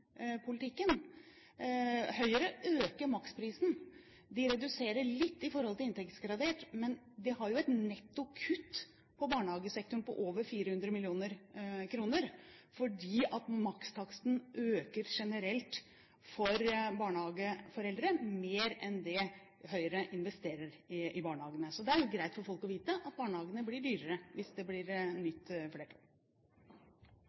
politikken. Høyre øker maksprisen. De reduserer litt i forhold til inntektsgradert, men de har et netto kutt på barnehagesektoren på over 400 mill. kr, fordi makstaksten øker generelt for barnehageforeldre, mer enn det Høyre investerer i barnehagene. Det er jo greit for folk å vite at barnehagene blir dyrere hvis det blir